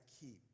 keep